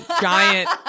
giant